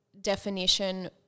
definition